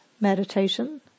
meditation